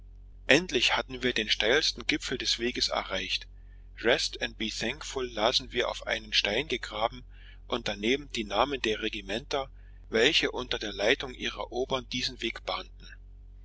endlich hatten wir den steilsten gipfel des weges erreicht rest and be thankful lasen wir auf einen stein gegraben und daneben die namen der regimenter welche unter der leitung ihrer obern diesen weg bahnten